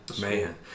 man